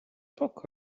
poke